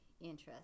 interest